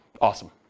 Awesome